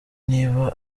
niba